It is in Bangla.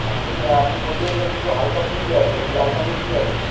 আচ্ছা এটা আপনি বলতে চাইছেন একটু হালকা সুইটে আসবে না কি হালকা মিষ্টি আসবে